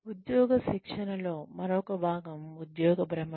ఉద్యోగ శిక్షణలో మరొక భాగం ఉద్యోగ భ్రమణం